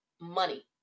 money